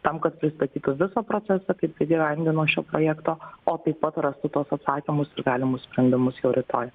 tam kad pristatytų visą procesą kaip įgyvendino šio projekto o taip pat rastų tuos atsakymus ir galimus sprendimus jau rytoj